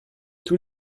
tous